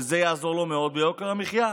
וזה יעזור לו מאוד ביוקר המחיה.